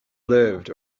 lived